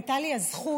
הייתה לי הזכות